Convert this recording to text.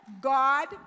God